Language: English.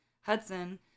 Hudson